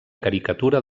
caricatura